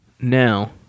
Now